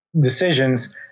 decisions